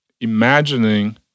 imagining